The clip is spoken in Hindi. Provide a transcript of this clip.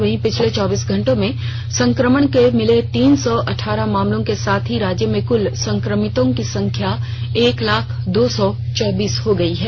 वहीं पिछले चौबीस घटो में संकमण के मिले तीन सौ अठारह मामलों के साथ ही राज्य में कुल संक्रमितों की संख्या एक लाख दो सौ चौबीस हो गयी है